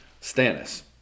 Stannis